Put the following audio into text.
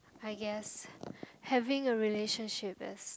I guess having a relationship is